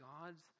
God's